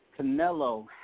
Canelo